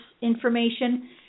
information